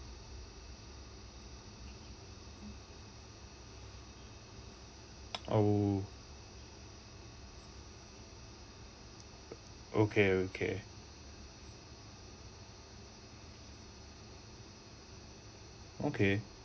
oh okay okay okay